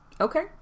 Okay